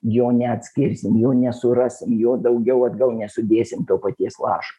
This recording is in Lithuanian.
jo neatskirsim jo nesurasim jo daugiau atgal nesudėsim to paties lašo